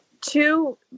two